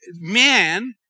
man